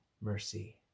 mercy